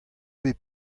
bet